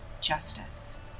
justice